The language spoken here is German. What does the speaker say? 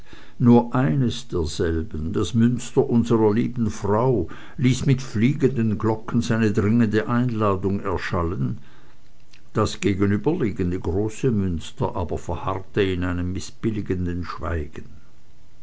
nur eines derselben das münster unserer lieben frau ließ mit fliegenden glocken seine dringende einladung erschallen das gegenüberliegende große münster aber verharrte in einem mißbilligenden schweigen